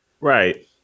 Right